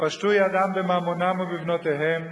ופשטו ידם בממונם ובבנותיהם,